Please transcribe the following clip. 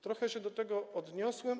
Trochę się do tego odniosłem.